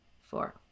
four